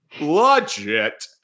legit